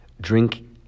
drink